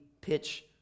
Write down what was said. pitch